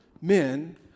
men